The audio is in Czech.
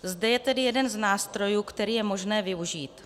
Zde je tedy jeden z nástrojů, který je možné využít.